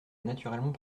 naturellement